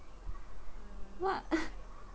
what